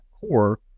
core